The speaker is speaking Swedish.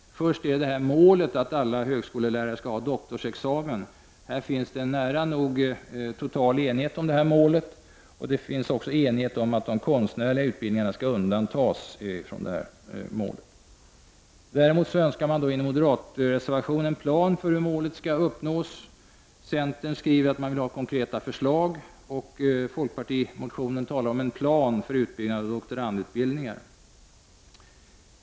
Först gäller det målsättningen att alla högskolelärare skall ha doktorsexamen. Det finns en i det närmaste total enighet därom. Vidare råder det enighet om att konstnärliga utbildningar skall undantas i detta sammanhang. Moderaterna begär, det framgår av deras reservation, en plan för hur det angivna målet kan uppnås. Centern vill ha konkreta förslag, och i folkpartimotionen talas det om en plan för utbyggnaden av doktorandutbildningen.